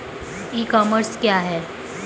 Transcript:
ई commerce क्या है?